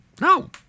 No